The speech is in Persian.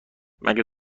مگه